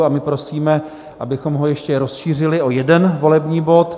A my prosíme, abychom ho ještě rozšířili o jeden volební bod.